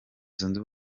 zunze